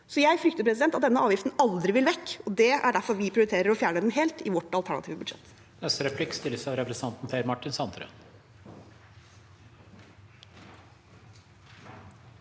Så jeg frykter at denne avgiften aldri vil gå bort, og det er derfor vi prioriterer å fjerne den helt i vårt alternative budsjett.